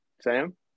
Sam